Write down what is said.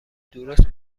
درست